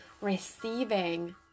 receiving